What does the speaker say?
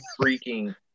freaking